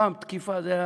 פעם תקיפה הייתה,